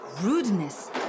rudeness